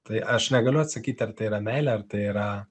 tai aš negaliu atsakyti ar tai yra meilė ar tai yra